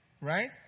right